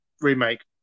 remake